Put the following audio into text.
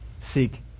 seek